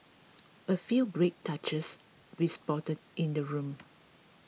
a few great touches we spotted in the room